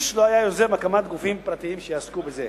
איש לא היה יוזם הקמת גופים פרטיים שיעסקו בזה,